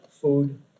food